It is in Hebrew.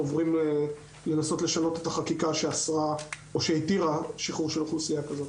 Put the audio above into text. עוברים לנסות לשנות את החקיקה שאסרה או שהתירה שחרור של אוכלוסייה כזאת.